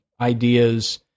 ideas